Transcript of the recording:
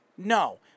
No